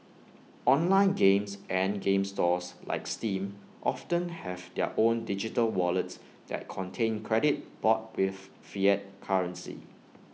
online games and game stores like steam often have their own digital wallets that contain credit bought with fiat currency